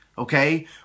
Okay